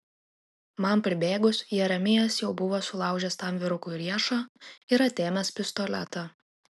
man pribėgus jeremijas jau buvo sulaužęs tam vyrukui riešą ir atėmęs pistoletą